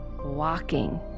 walking